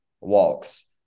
walks